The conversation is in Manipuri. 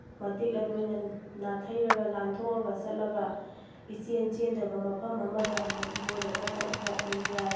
ꯃꯇꯦꯛ ꯑꯗꯨ ꯑꯩꯅ ꯅꯥꯊꯩꯔꯒ ꯂꯥꯟꯊꯣꯛ ꯑꯒ ꯆꯠꯂꯒ ꯏꯆꯦꯜ ꯆꯦꯟꯗꯕ ꯃꯐꯝ ꯑꯃꯗ ꯑꯃꯨꯛ ꯏꯔꯣꯏꯔꯒ ꯆꯠꯄ ꯑꯗꯨꯝ ꯌꯥꯏ